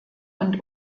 und